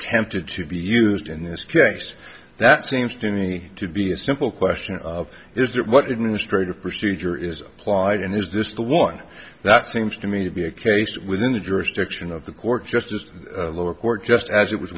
tempted to be used in this case that seems to me to be a simple question is that what in a straight a procedure is plied and is this the one that seems to me to be a case within the jurisdiction of the court just as a lower court just as it was